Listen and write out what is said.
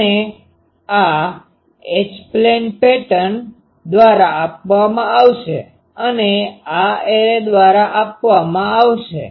અને આ H plane pattern દ્વારા આપવામાં આવશે અને આ એરે દ્વારા આપવામાં આવશે